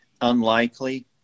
unlikely